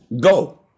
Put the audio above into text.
Go